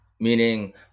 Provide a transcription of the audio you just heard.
meaning